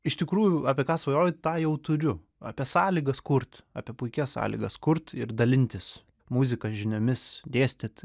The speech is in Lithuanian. iš tikrųjų apie ką svajoju tą jau turiu apie sąlygas kurt apie puikias sąlygas kurt ir dalintis muzika žiniomis dėstyt